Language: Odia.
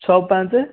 ଛଅ ପାଞ୍ଚ